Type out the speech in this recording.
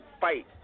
Fight